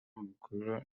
mukuru